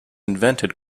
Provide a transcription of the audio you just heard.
invented